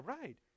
right